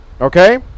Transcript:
Okay